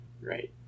Right